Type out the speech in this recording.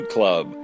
Club